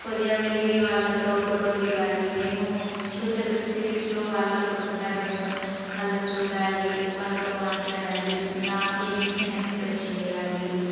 Korea వెళ్ళి వాళ్ళతో photo దిగాలి నేను చూసే వెబ్ సిరీస్లో వాళ్ళు అక్కడ ఉంటారేమో వాళ్ళని చూడాలి వాళ్ళతో మాట్లాడాలి నా ఫీలింగ్స్ నేను ఎక్స్ప్రెస్ చేయాలి